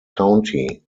county